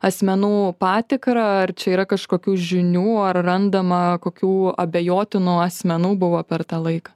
asmenų patikrą ar čia yra kažkokių žinių ar randama kokių abejotinų asmenų buvo per tą laiką